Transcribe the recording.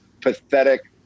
pathetic